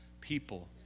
people